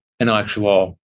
intellectual